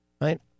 Right